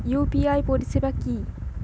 UPI পরিসেবা কি?